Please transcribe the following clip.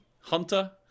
Hunter